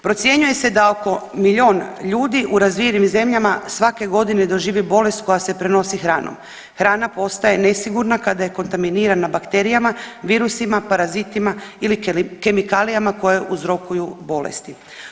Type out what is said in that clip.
Procjenjuje se da oko milijun ljudi u razvijenim zemljama svake godine doživi bolest koja se prenosi hranom, hrana postaje nesigurna kada je kontaminirana bakterijama, virusima, parazitima ili kemikalijama koje uzrokuju bolesti.